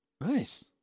Nice